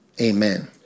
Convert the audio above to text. Amen